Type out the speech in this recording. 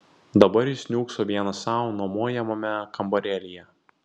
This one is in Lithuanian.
dabar jis niūkso vienas sau nuomojamame kambarėlyje